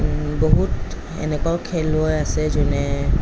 বহুত এনেকুৱাও খেলুৱৈ আছে যোনে